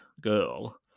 girl